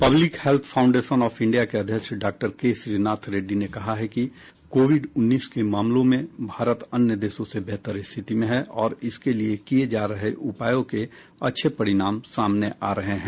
public Health Foundation of India के अध्यक्ष doctor K Srinath Reddy ने कहा है कि कोविड उन्नीस के मामलों में भारत अन्य देशों से बेहतर स्थिति में है और इसके लिए किए जा रहे उपायों के अच्छे परिणाम सामने आ रहे हैं